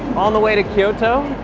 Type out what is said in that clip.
on the way to kyoto,